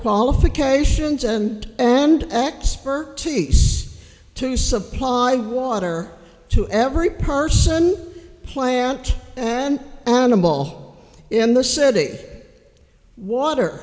qualifications and and expertise to supply water to every person plant and animal in the city water